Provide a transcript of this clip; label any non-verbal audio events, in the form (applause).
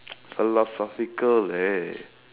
(noise) philosophical eh